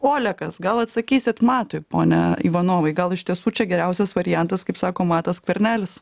olekas gal atsakysit matui pone ivanovai gal iš tiesų čia geriausias variantas kaip sako matas skvernelis